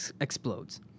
explodes